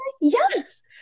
Yes